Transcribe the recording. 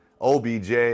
OBJ